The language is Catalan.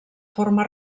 forma